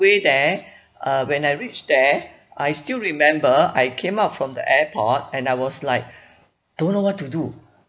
way there uh when I reached there I still remember I came out from the airport and I was like don't know what to do